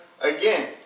again